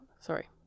sorry